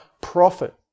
profit